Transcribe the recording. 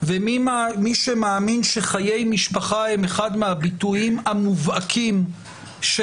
ומי שמאמין שחיי משפחה הם אחד מהביטויים המובהקים של